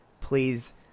please